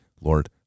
Lord